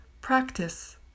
Practice